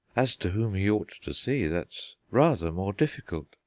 as to whom he ought to see, that's rather more difficult.